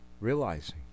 realizing